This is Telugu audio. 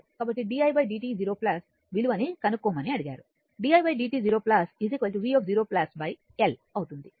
కాబట్టి didt0 విలువని కనుక్కోమని అడిగారు didt0 v0 L అవుతుంది